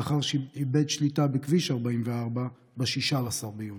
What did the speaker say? לאחר שאיבד שליטה בכביש 44 ב-16 ביוני.